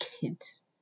kids